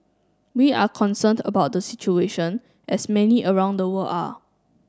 we are concerned about the situation as many around the world are